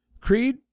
creed